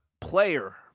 player